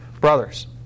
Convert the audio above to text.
brothers